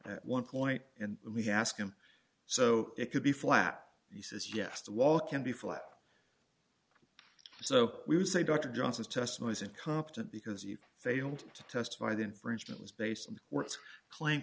at one point and we ask him so it could be flat he says yes the wall can be flat so we would say dr johnson's testimony is incompetent because you failed to testify the infringement was based on the words claim